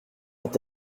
est